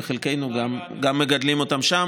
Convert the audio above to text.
וחלקנו גם מגדלים אותם שם.